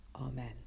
Amen